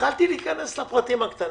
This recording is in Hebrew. התחלתי להיכנס לפרטים הקטנים.